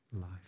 life